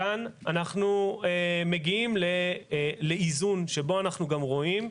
כאן אנחנו מגיעים לאיזון שבו אנחנו רואים,